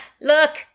look